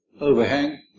overhang